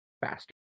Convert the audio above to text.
faster